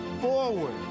forward